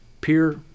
peer